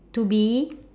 to be